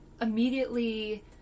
immediately